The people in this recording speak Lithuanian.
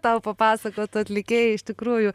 tau papasakot atlikėjai iš tikrųjų